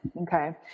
Okay